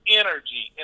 energy